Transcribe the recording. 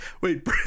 Wait